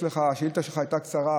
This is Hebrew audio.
השאילתה שלך הייתה קצרה,